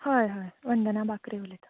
हय हय वंदना बाकरे उलयता